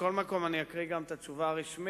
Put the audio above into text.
מכל מקום, אקריא גם את התשובה הרשמית: